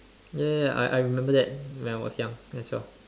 ya ya ya I I remember that when I was young as well